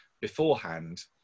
beforehand